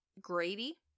Grady